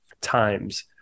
times